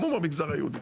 כמו במגזר היהודי.